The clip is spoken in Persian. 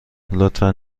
لطفا